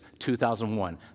2001